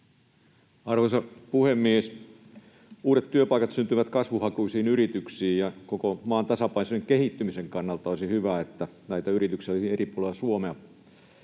Arvoisa puhemies! Uudet työpaikat syntyvät kasvuhakuisiin yrityksiin, ja koko maan tasapainoisen kehittymisen kannalta olisi hyvä, että näitä yrityksiä olisi eri puolilla Suomea.